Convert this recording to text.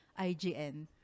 IGN